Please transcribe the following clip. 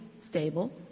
stable